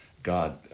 God